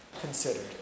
considered